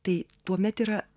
tai tuomet yra